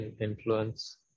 influence